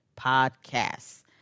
Podcasts